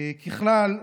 ככלל,